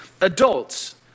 adults